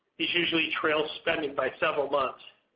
this usually trails spending by several months.